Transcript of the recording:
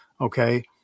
Okay